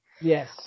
Yes